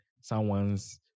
someone's